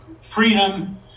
freedom